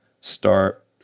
Start